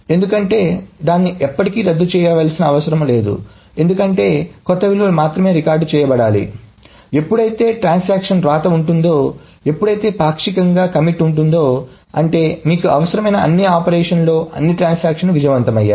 ఎందుకంటే దాన్ని ఎప్పటికీ రద్దు చేయాల్సిన అవసరం లేదు ఎందుకంటే కొత్త విలువలు మాత్రమే రికార్డ్ చేయబడాలి ఎందుకంటే ఎప్పుడైతే ట్రాన్సాక్షన్ వ్రాత ఉంటుందో ఎప్పుడైతే పాక్షికంగా కట్టుబడి ఉంటుందో అంటే మీకు అవసరమైన అన్ని ఆపరేషన్లలో అన్ని ట్రాన్సాక్షన్లు విజయవంతమయ్యాయి